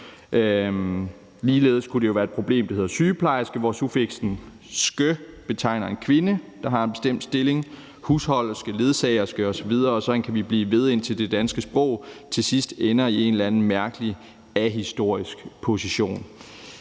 Ligeledes kunne det jo være et problem, at det hedder »sygeplejerske«, hvor suffikset »-ske« betegner en kvinde, der har en bestemt stilling, som »husholderske«, »ledsagerske« osv., og sådan kan vi blive ved, indtil det danske sprog til sidst ender i en eller anden mærkelig ahistorisk position.